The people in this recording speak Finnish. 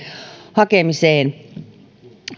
hakemiseen